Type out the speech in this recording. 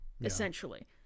essentially